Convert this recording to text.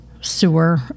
sewer